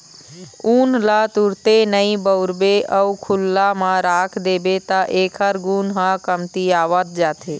ऊन ल तुरते नइ बउरबे अउ खुल्ला म राख देबे त एखर गुन ह कमतियावत जाथे